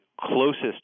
closest